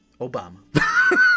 Obama